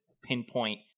pinpoint